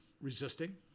resisting